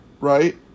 Right